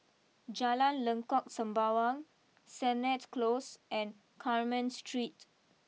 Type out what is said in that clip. Jalan Lengkok Sembawang Sennett close and Carmen Street